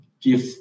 give